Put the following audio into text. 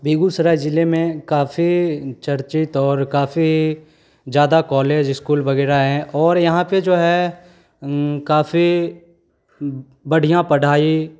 बेगूसराय ज़िले में काफ़ी चर्चित और काफ़ी ज़्यादा कॉलेज स्कूल वग़ैरह हैं और यहाँ पर जो है काफ़ी ब बढ़िया पढ़ाई